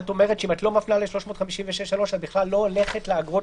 את אומרת שאם את לא מפנה ל-356(3) את בכלל לא הולכת לאגרות